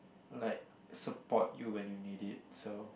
like support you when you need it so